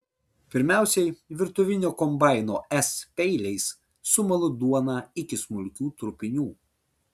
pirmiausiai virtuvinio kombaino s peiliais sumalu duoną iki smulkių trupinių